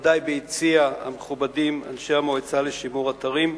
מכובדי ביציע המכובדים, אנשי המועצה לשימור אתרים,